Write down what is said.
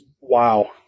Wow